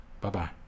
Bye-bye